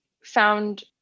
found